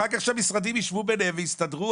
אחר כך שהמשרדים יישבו ביניהם ויסתדרו.